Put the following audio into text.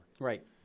right